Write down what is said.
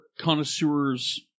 connoisseur's